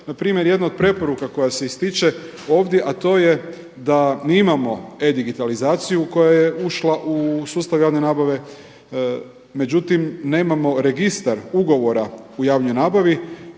Na primjer, jedna od preporuka koja se ističe ovdje, a to je da mi imamo e-digitalizaciju koja je ušla u sustav javne nabave. Međutim, nemamo registar ugovora u javnoj nabavi